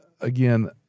again